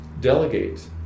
delegate